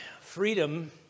freedom